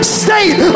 state